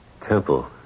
Temple